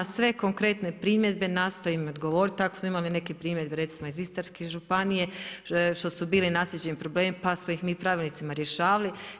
Sve konkretne primjedbe nastojimo odgovoriti, tako smo imali recimo neke primjedbe iz Istarske županije što su bili naslijeđeni problemi pa smo ih mi pravilnicima rješavali.